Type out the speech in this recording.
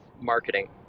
marketing